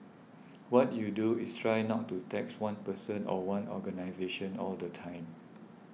what you do is try not to tax one person or one organisation all the time